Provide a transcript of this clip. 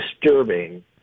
disturbing